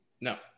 No